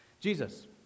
Jesus